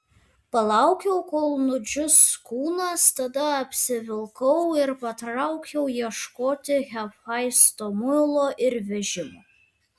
palaukiau kol nudžius kūnas tada apsivilkau ir patraukiau ieškoti hefaisto mulo ir vežimo